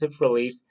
relief